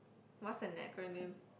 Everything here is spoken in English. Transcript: what's an acronym